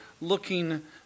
looking